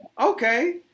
okay